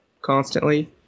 constantly –